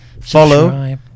follow